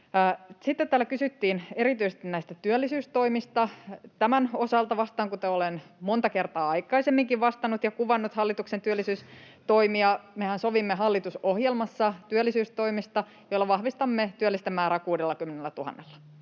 Sitten täällä kysyttiin erityisesti näistä työllisyystoimista. Tämän osalta vastaan, kuten olen monta kertaa aikaisemminkin vastannut ja kuvannut hallituksen työllisyystoimia. Mehän sovimme hallitusohjelmassa työllisyystoimista, joilla vahvistamme työllisten määrää 60 000:lla.